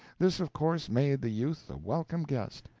this of course made the youth a welcome guest,